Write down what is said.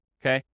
okay